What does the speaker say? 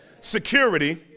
security